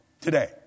Today